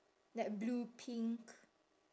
like blue pink